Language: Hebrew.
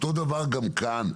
אותו הדבר גם כאן,